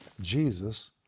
Jesus